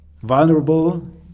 vulnerable